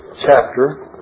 chapter